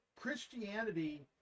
Christianity